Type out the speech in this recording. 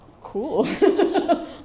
cool